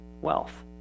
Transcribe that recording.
wealth